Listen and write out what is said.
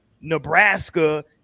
Nebraska